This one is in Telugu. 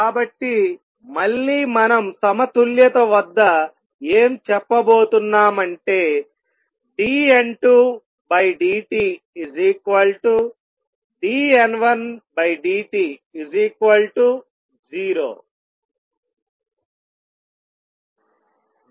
కాబట్టి మళ్ళీ మనం సమతుల్యత వద్ద ఏం చెప్పబోతున్నాం అంటే dN2dt dN1dt 0